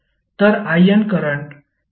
तर in current nth शाखेत वाहत आहे